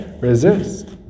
resist